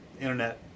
Internet